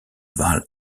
valle